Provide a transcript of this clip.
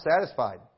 satisfied